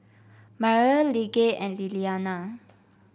Mariel Lige and Liliana